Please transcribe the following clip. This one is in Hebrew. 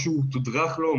מה שהוא תודרך לו,